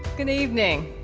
good evening.